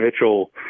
Mitchell